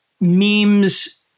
memes